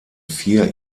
vier